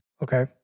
Okay